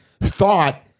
thought